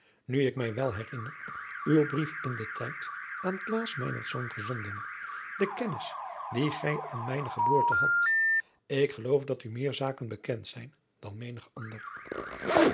nu ik mij wel herinner uw brief in den tijd aan klaas meinertz gezonden de kennis die gij aan mijne geboorte hadt ik geloof dat u meer zaken bekend zijn dan menig ander